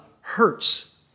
hurts